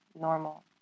normal